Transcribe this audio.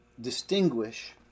distinguish